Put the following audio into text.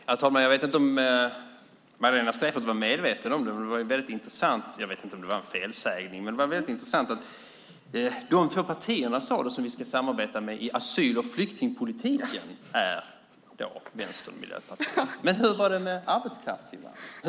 Herr talman! Jag vet inte om Magdalena Streijffert var medveten om det eller om det var en felsägning, men det var väldigt intressant att de två partierna, sade du, som vi ska samarbeta med i asyl och flyktingpolitiken är Vänstern och Miljöpartiet. Men hur var det med arbetskraftsinvandringen?